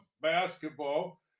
basketball